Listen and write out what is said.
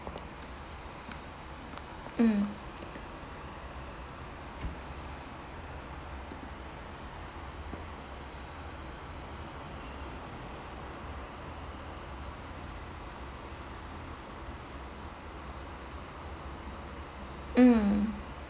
mm mm